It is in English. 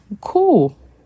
cool